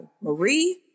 Marie